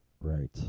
Right